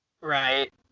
Right